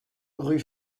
rue